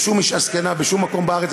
ושום אישה זקנה בשום מקום בארץ,